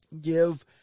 give